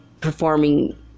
performing